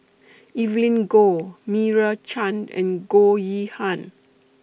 Evelyn Goh Meira Chand and Goh Yihan